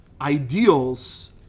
ideals